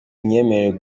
imyemerere